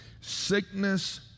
sickness